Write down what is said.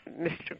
Mr